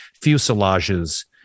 fuselages